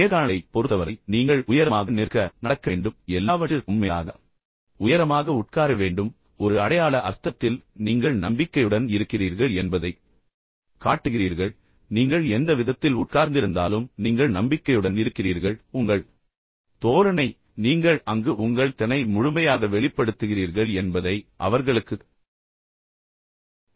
நேர்காணலைப் பொறுத்தவரை நீங்கள் உயரமாக நிற்க நடக்க வேண்டும் எல்லாவற்றிற்கும் மேலாக உயரமாக உட்கார வேண்டும் ஒரு அடையாள அர்த்தத்தில் நீங்கள் நம்பிக்கையுடன் இருக்கிறீர்கள் என்பதைக் காட்டுகிறீர்கள் நீங்கள் எந்த விதத்தில் உட்கார்ந்திருந்தாலும் நீங்கள் நம்பிக்கையுடன் இருக்கிறீர்கள் என்பதை அவர்களுக்குக் காட்டுங்கள் உங்கள் தோரணை நீங்கள் அங்கு உங்கள் திறனை முழுமையாக வெளிப்படுத்துகிறீர்கள் என்பதை அவர்களுக்குக் காட்ட வேண்டும்